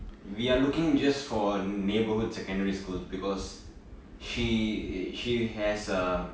we are looking just for neighbourhood secondary school because she she has a